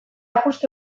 justu